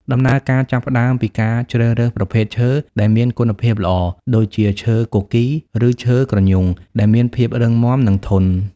ដំណើរការចាប់ផ្ដើមពីការជ្រើសរើសប្រភេទឈើដែលមានគុណភាពល្អ ដូចជាឈើគគីរ ឬឈើគ្រញូង ដែលមានភាពរឹងមាំ និងធន់។